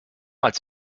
als